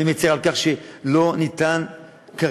אני מצר על כך שלא ניתן כרגע,